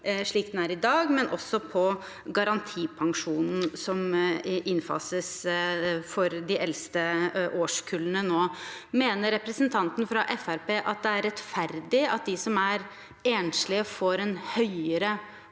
slik den er i dag, og på garantipensjonen, som innfases for de eldste årskullene nå. Mener representanten fra Fremskrittspartiet at det er rettferdig at de som er enslige, får en høyere